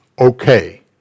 okay